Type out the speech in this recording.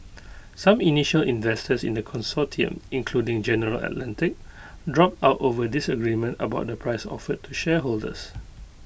some initial investors in the consortium including general Atlantic dropped out over disagreement about the price offered to shareholders